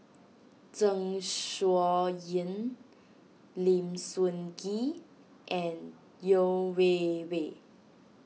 Zeng Shouyin Lim Sun Gee and Yeo Wei Wei